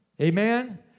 Amen